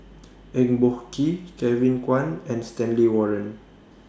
Eng Boh Kee Kevin Kwan and Stanley Warren